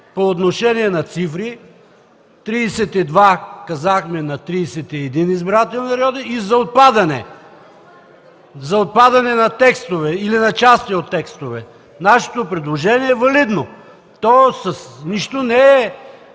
по отношение на цифри – казахме: „32” на „31 избирателни района”, и за отпадане на текстове или на части от текстове. Нашето предложение е валидно. То с нищо не е